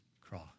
cross